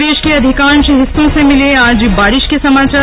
प्रदेश के अधिकांश हिस्सों से मिले आज बारिश के समाचार